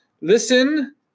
listen